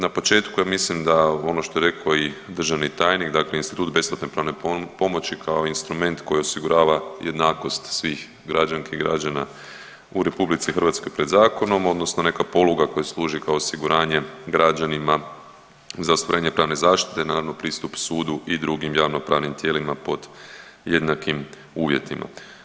Na početku ja mislim da ono što je rekao i državni tajnik dakle institut besplatne pravne pomoći kao instrument koji osigurava jednakost svih građanki i građana u RH pred zakonom odnosno neka poluga koja služi kao osiguranje građanima za ostvarenje pravne zaštite, naravno pristup sudu i drugim javnopravnim tijelima pod jednakim uvjetima.